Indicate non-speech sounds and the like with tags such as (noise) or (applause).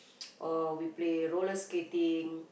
(noise) or we play roller skating